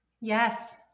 Yes